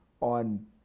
on